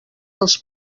els